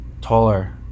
taller